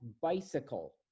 bicycle